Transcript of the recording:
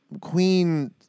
queen